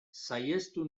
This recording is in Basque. saihestu